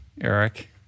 Eric